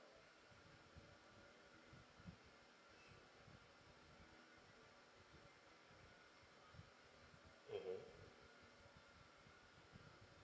mmhmm